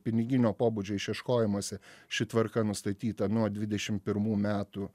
piniginio pobūdžio išieškojimosi ši tvarka nustatyta nuo dvidešimt pirmų metų